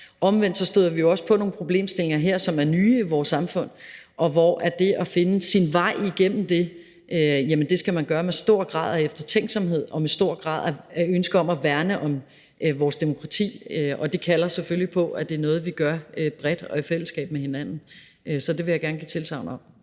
Omvendt støder vi jo også på nogle problemstillinger her, som er nye i vores samfund, og hvor der med hensyn til at finde sin vej igennem det kræves en høj grad af eftertænksomhed og i høj grad kræves et ønske om at værne om vores demokrati. Det kalder selvfølgelig på, at det er noget, vi gør bredt og i fællesskab med hinanden. Så det vil jeg gerne give tilsagn om.